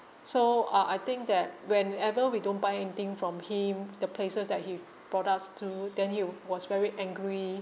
so uh I think that whenever we don't buy anything from him the places that he brought us to then he will was very angry